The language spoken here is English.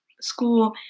school